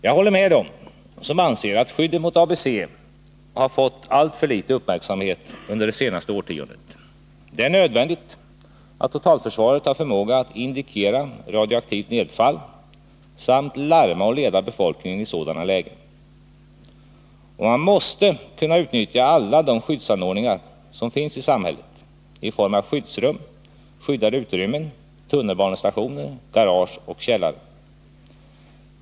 Jag håller med dem som anser att skyddet mot ABC har fått alltför liten uppmärksamhet under det senaste årtiondet. Det är nödvändigt att totalförsvaret har förmåga att indikera radioaktivt nedfall samt larma och leda befolkningen i sådana lägen. Och man måste kunna utnyttja alla de skyddsanordningar som finns i samhället, i form av skyddsrum, skyddade utrymmen, tunnelbanestationer, garage och källare.